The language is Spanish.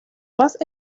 más